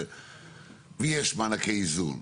ויש מענקי איזון,